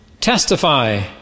testify